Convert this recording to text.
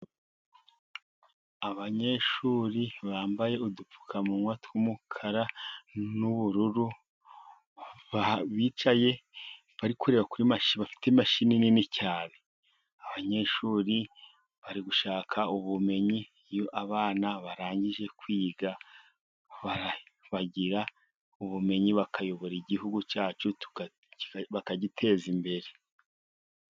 Abanyeshuri bambaye udupfukamunwa tw'umukara n'ubururu, bicaye bari kureba bafite imashini nini cyane. abanyeshuri bari gushaka ubumenyi. Iyo abana barangije kwiga bagira ubumenyi bakayobora Igihugu cyacu bakagiteza imbere.